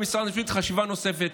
במשרד המשפטים בחשיבה נוספת,